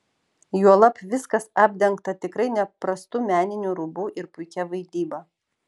juolab viskas apdengta tikrai neprastu meniniu rūbu ir puikia vaidyba